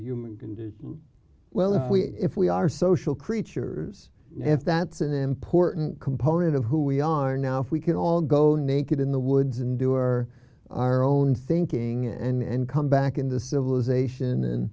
human condition well if we if we are social creatures if that's an important component of who we are now for we can all go naked in the woods and do our our own thinking and come back into civilization and